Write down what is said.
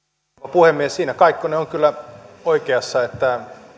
puhemies siinä kaikkonen on kyllä oikeassa että